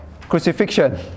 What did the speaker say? crucifixion